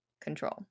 control